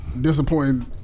disappointing